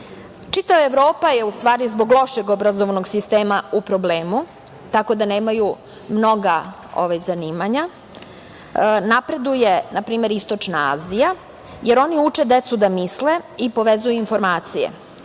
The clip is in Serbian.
Evropa je zbog lošeg obrazovnog sistema u problemu, tako da nemaju mnoga zanimanja. Napreduje, na primer istočna Azija, jer oni uče decu da misle i povezuju informacije,